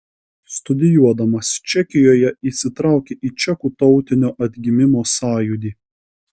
studijuodamas čekijoje įsitraukė į čekų tautinio atgimimo sąjūdį